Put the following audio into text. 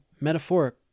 metaphoric